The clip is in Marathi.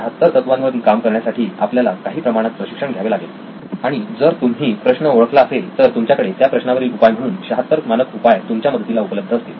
76 तत्वांवर काम करण्यासाठी आपल्याला काही प्रमाणात प्रशिक्षण घ्यावे लागेल आणि जर तुम्ही प्रश्न ओळखला असेल तर तुमच्याकडे त्या प्रश्नावरील उपाय म्हणून 76 मानक उपाय तुमच्या मदतीला उपलब्ध असतील